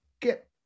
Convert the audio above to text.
Get